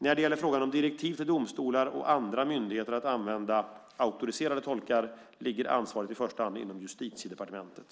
När det gäller frågan om direktiv till domstolar och andra myndigheter att använda auktoriserade tolkar ligger ansvaret i första hand inom Justitiedepartementet.